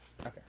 okay